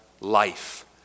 life